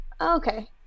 Okay